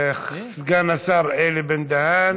סגן השר אלי בן-דהן.